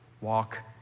walk